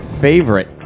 favorite